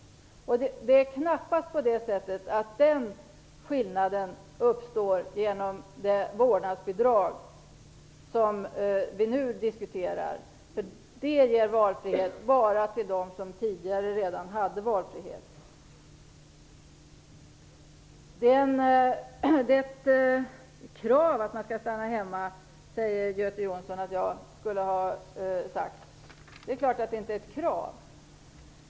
Det är knappast så att den möjligheten ökar genom det vårdnadsbidrag som vi nu diskuterar. Det ger bara valfrihet till dem som redan tidigare hade valfrihet. Göte Jonsson säger att jag skulle ha sagt att det är ett krav att stanna hemma. Det är klart att det inte är ett krav.